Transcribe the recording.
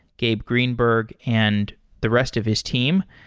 gabe greenberg, and the rest of his team.